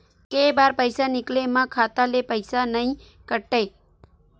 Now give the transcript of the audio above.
के बार पईसा निकले मा खाता ले पईसा नई काटे?